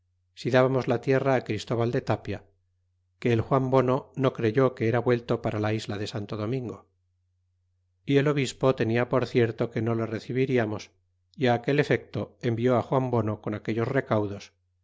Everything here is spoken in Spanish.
si dábamos la tierra á christóbal de tapia que el juan bono no creyó que era vuelto para la isla de santo domingo y el obispo tenia por cierto que no le recebiriarnos é á aquel efecto envió juan bono con aquellos recaudos